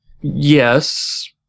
Yes